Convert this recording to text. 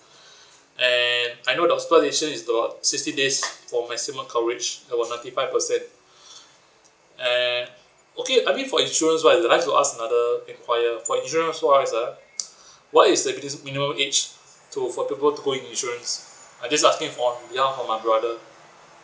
and I know the hospitalisation is about sixty days for maximum coverage or ninety five percent and okay I mean for insurance right I like to ask another enquire for insurance wise ah what is the minimum age to for people to go in insurance I just asking on behalf of my brother